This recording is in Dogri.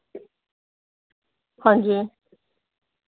हां जी